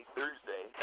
Thursday